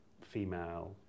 female